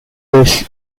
dish